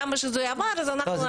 כמה שזה יעבור אז אנחנו נרחיב.